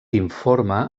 informe